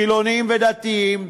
חילונים ודתיים,